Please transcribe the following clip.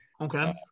Okay